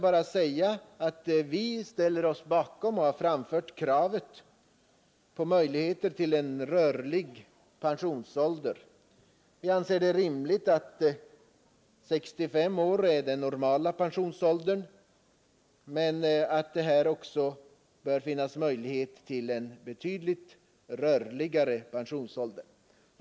Vi ställer oss sålunda bakom och har framfört krav på att skapa möjligheter att införa en rörlig pensionsålder. Vi anser det rimligt att sätta 65 år som den normala pensionsåldern, men det bör finnas möjligheter till en betydligt rörligare pensionsålder än vi har nu.